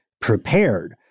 prepared